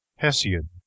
Hesiod